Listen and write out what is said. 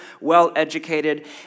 well-educated